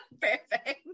Perfect